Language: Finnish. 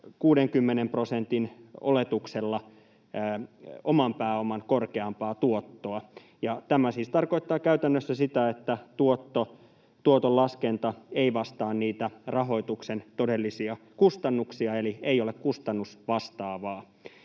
60 prosentin oletuksella oman pääoman korkeampaa tuottoa, ja tämä siis tarkoittaa käytännössä sitä, että tuoton laskenta ei vastaa niitä rahoituksen todellisia kustannuksia eli ei ole kustannusvastaavaa.